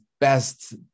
best